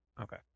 Okay